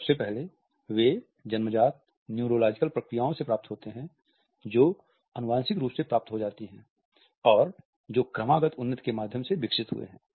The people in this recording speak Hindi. सबसे पहले वे जन्म जात न्यूरोलॉजिकल प्रक्रियाओं से प्राप्त होते हैं जो आनुवंशिक रूप से प्राप्त हो जाती हैं और जो क्रमागत उन्नति के माध्यम से विकसित हुए हैं